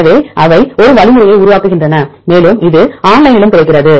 எனவே அவை ஒரு வழிமுறையை உருவாக்குகின்றன மேலும் இது ஆன்லைனிலும் கிடைக்கிறது